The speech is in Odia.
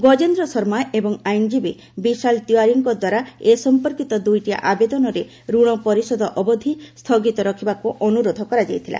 ଗଜେନ୍ଦ୍ର ଶର୍ମା ଏବଂ ଆଇନଜୀବୀ ବିଶାଳ ତିୱାରୀଙ୍କ ଦ୍ୱାରା ଏ ସଂପର୍କିତ ଦୁଇଟି ଆବେଦନରେ ରଣ ପରିଶୋଧ ଅବଧି ସ୍ଥଗିତ ରଖିବାକୁ ଅନୁରୋଧ କରାଯାଇଥିଲା